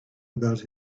about